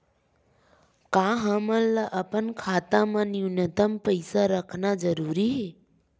का हमला अपन खाता मा न्यूनतम पईसा रखना जरूरी हे?